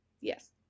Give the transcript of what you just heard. Yes